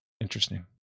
Interesting